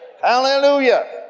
Hallelujah